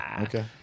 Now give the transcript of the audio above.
Okay